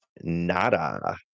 nada